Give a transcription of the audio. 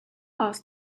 asked